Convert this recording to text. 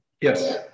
Yes